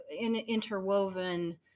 interwoven